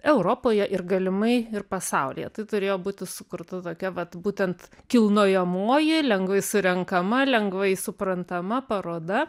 europoje ir galimai ir pasaulyje tai turėjo būti sukurta tokia vat būtent kilnojamoji lengvai surenkama lengvai suprantama paroda